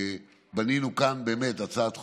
בנינו כאן באמת הצעת חוק.